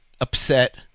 upset